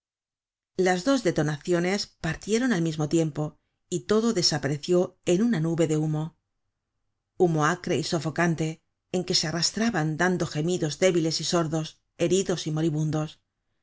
las dos detonaciones partieron al mismo tiempo y todo desapareció en una nube de humo humo acre y sofocante en que se arrastraban dando gemidos débiles y sordos heridos y moribundos